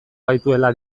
gaituela